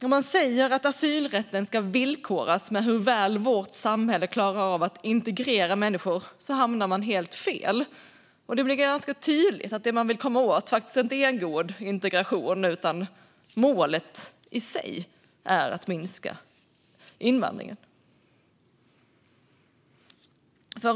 Om man säger att asylrätten ska villkoras med hur väl vårt samhälle klarar av att integrera människor hamnar man helt fel. Det blir då ganska tydligt att det man vill komma åt faktiskt inte är en god integration, utan målet är att minska invandringen i sig.